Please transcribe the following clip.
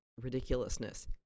ridiculousness